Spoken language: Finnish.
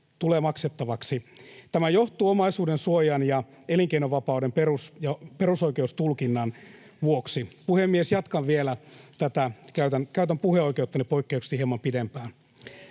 tulevat maksettavaksi. Tämä johtuu omaisuudensuojan, elinkeinovapauden ja perusoikeuksien tulkinnasta. — Puhemies! Jatkan vielä tätä. Käytän puheoikeuttani poikkeuksellisesti hieman pidempään.